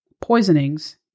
Poisonings